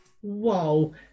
Whoa